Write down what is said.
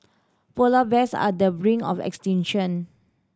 polar bears are the brink of extinction